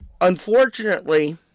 unfortunately